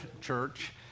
church